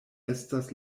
estas